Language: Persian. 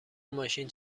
ماشین